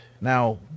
Now